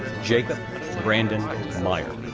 jacob brandon meier,